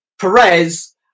Perez